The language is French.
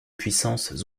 puissances